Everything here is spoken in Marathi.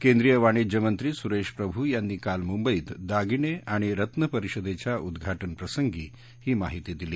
केंद्रीय वाणिज्य मंत्री सुरेश प्रभू यांनी काल मुंबईत दागिने आणि रत्न परिषदेच्या उद्घाटनप्रसंगी ही माहिती दिली